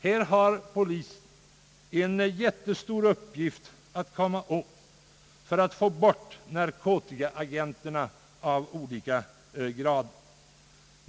Här har polisen en jätteuppgift: att försöka få bort narkotikaagenterna av olika grader.